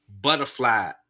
Butterfly